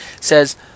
says